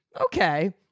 Okay